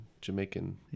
Jamaican